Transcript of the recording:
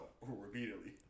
repeatedly